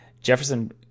Jefferson